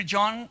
John